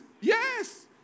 Yes